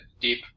deep